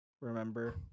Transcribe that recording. Remember